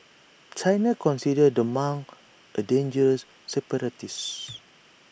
China considers the monk A dangerous separatist